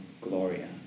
Gloria